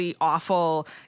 awful